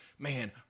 man